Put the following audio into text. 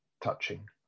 touching